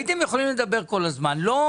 הייתם יכולים לדבר כל הזמן ולא